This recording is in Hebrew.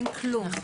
אין כלום.